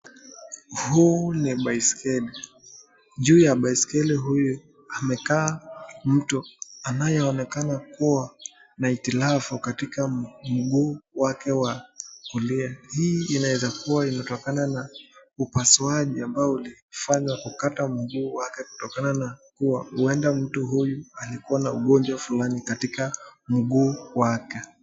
Huu ni baiskeli ,juu ya baiskeli huyu, amekaa mtu anayeonekana kuwa na hitilafu katika mguu wake wa kulia hii inaweza kuwa inatokana na upasuaji ambao ulifanywa kukata mguu wake kutokana na kuwa huenda mtu huyu alikuwa na ugonjwa fulani katika mguu wake.